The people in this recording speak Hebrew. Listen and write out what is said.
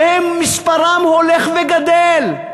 ומספרם הולך וגדל.